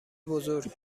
بزرگ